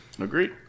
Agreed